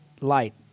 light